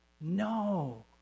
No